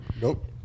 Nope